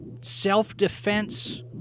self-defense